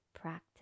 practice